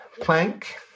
plank